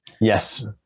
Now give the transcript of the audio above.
yes